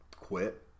quit